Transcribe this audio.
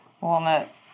Walnut